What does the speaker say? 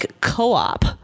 co-op